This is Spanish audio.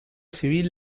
civil